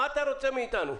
כושר,